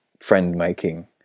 friend-making